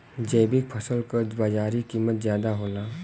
जैविक फसल क बाजारी कीमत ज्यादा होला